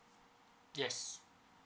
yes